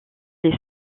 les